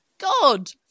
god